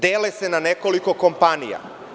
Dele se na nekoliko kompanija.